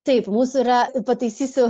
taip mūsų yra pataisysiu